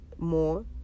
more